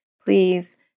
please